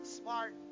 smart